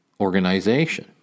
organization